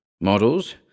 Models